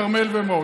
כרמל ומעון.